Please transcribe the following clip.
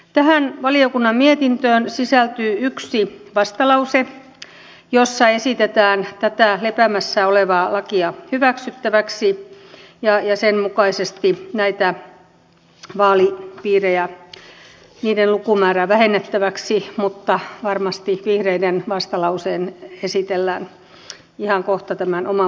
tähän valiokunnan mietintöön sisältyy yksi vastalause jossa esitetään tätä lepäämässä olevaa lakia hyväksyttäväksi ja sen mukaisesti vaalipiirien lukumäärää vähennettäväksi mutta varmasti vihreiden vastalause esitellään ihan kohta tämän oman puheenvuoroni jälkeen